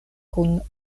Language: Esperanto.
kun